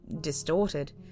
distorted